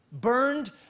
burned